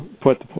put